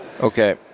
Okay